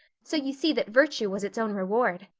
so you see that virtue was its own reward.